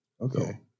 Okay